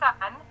son